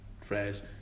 phrase